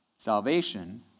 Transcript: Salvation